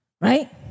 right